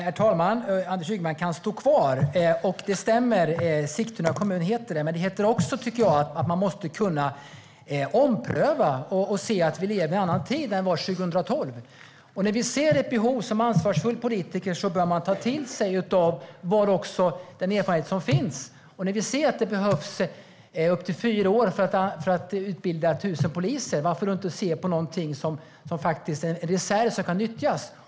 Herr talman! Anders Ygeman kan stå kvar. Det stämmer - Sigtuna heter det. Men det heter också, tycker jag, att man måste kunna ompröva och se att vi lever i en annan tid än det var 2012. När man ser ett behov bör man som ansvarsfull politiker ta till sig av den erfarenhet som finns. När vi ser att det tar upp till fyra år att utbilda 1 000 poliser, varför då inte se till den reserv som kan nyttjas?